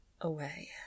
away